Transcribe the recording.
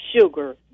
Sugar